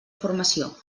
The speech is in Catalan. formació